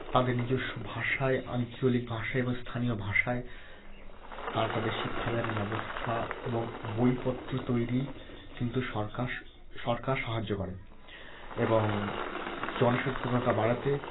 তাদের নিজস্ব ভাষায় আঞ্চলিক ভাষায় এবং স্থানীয় ভাষায় তারা তাদের শিক্ষাদানে ব্যবস্থা এবং বইপত্র তৈরি কিন্তু সরকার সরকার সাহায্য করে এবং জন সচেতনতা বাড়াতে